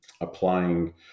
applying